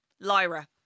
Lyra